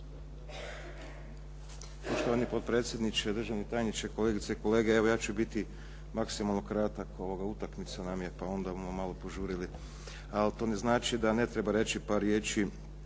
Poštovani potpredsjedniče, državni tajniče, kolegice i kolege. Evo ja ću biti maksimalno kratak, utakmica nam je pa onda bumo malo požurili. Ali to ne znači da ne treba reći par riječi.